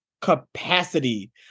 Capacity